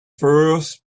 first